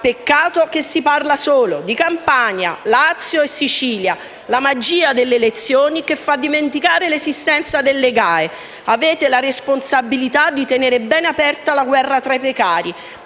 peccato che si parli solo di Campania, Lazio e Sicilia. La magia delle elezioni fa dimenticare l'esistenza delle GAE. Avete la responsabilità di tenere ben aperta la guerra tra i precari